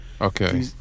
Okay